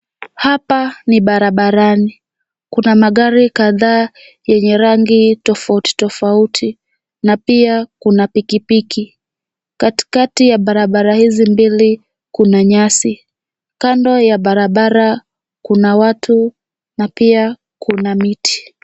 Hapa ni barabarabi kuna magari kadhaa yenye rangi tofauti tofauti na ia kuna pikipiki. Katikati ya barabara hizi mbili kuna nyasi. Kando ya barabara kuna watu na pia kuna miti.